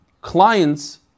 clients